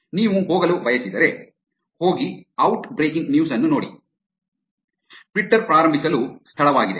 ನೀವು ಹೋಗಲು ಬಯಸಿದರೆ ಹೋಗಿ ಔಟ್ ಬ್ರೇಕಿಂಗ್ ನ್ಯೂಸ್ ಅನ್ನು ನೋಡಿ ಟ್ವಿಟರ್ ಪ್ರಾರಂಭಿಸಲು ಸ್ಥಳವಾಗಿದೆ